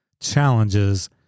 challenges